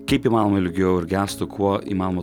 kaip įmanoma ilgiau ir gestų kuo įmanoma